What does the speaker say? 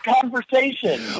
conversation